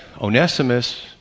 Onesimus